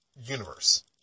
universe